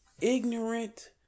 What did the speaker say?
ignorant